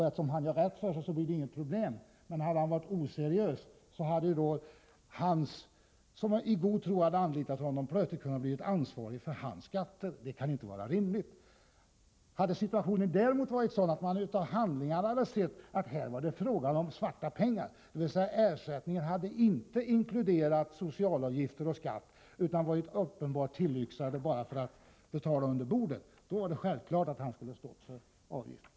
Eftersom han gör rätt för sig blir det inga problem, men hade han varit oseriös hade den som i god tro anlitat honom plötsligt kunnat bli ansvarig för hans skatt. Det kan inte vara rimligt. Hade situationen däremot varit sådan att man av handlingarna hade sett att det var fråga om svarta pengar, dvs. att ersättningen inte inkluderade sociala avgifter och skatt utan uppenbart var tillyxad bara för att betalas under bordet, är det självklart att han skulle ha stått för avgiften.